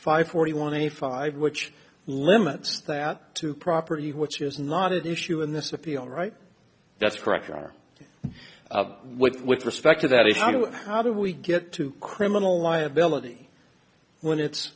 five forty one eighty five which limits that to property which is not at issue in this appeal right that's correct with respect to that is how do we get to criminal liability when it's